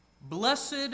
blessed